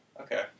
Okay